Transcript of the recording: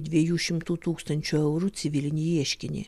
dviejų šimtų tūkstančių eurų civilinį ieškinį